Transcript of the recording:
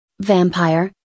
Vampire